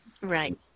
right